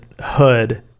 hood